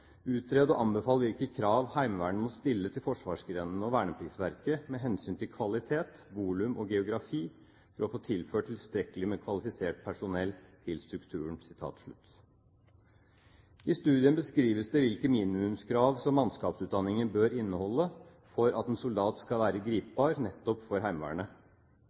og anbefal hvilke krav Heimevernet må stille til forsvarsgrenene og VPV med hensyn til kvalitet, volum og geografi for å få tilført tilstrekkelig med kvalifisert personell til strukturen.» I studien beskrives det hvilke minimumskrav som mannskapsutdanningen bør inneholde for at en soldat kan være gripbar nettopp for Heimevernet.